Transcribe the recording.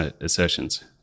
assertions